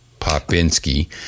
Popinski